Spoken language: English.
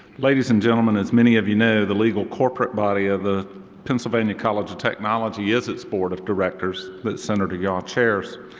ladies and gentlemen as many of you know the legal corporate body of the pennsylvania college of technology is its board of directors that senator yaw chairs.